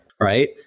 right